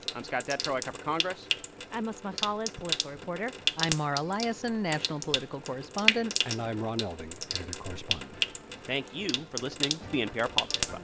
i'm scott detrow. i cover congress i'm asma khalid, political reporter i'm mara liasson, national political correspondent and i'm ron elving, editor correspondent thank you for listening to the npr politics